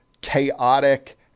chaotic